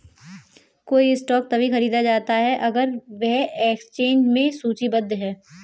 कोई स्टॉक तभी खरीदा जाता है अगर वह एक्सचेंज में सूचीबद्ध है